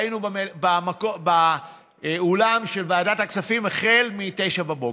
והיינו באולם של ועדת הכספים מ-09:00 בבוקר.